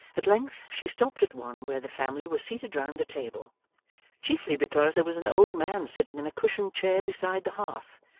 at length she stopped at one where the family were seated round the table chiefly because there was an old man sitting in a cushioned chair beside the hearth,